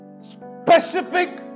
specific